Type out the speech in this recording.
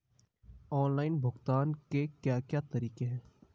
Online भुगतान के क्या क्या तरीके हैं?